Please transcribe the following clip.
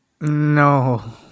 no